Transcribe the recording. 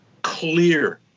clear